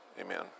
amen